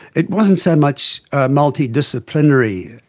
it wasn't so much multidisciplinary,